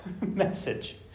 message